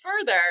further